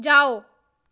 ਜਾਓ